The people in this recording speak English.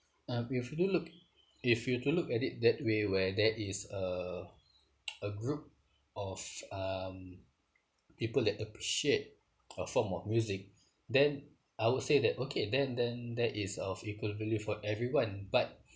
uh if you do to look if you were to look at it that way where there is uh a group of um people that appreciate a form of music then I will say that okay then then that is of equal value for everyone but